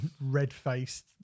red-faced